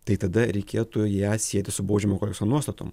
tai tada reikėtų ją sieti su baudžiamojo kodekso nuostatom